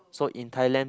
so in Thailand